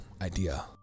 idea